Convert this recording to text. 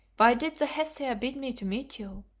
why did the hesea bid me to meet you?